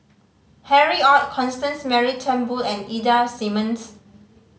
Harry Ord Constance Mary Turnbull and Ida Simmons